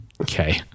okay